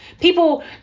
People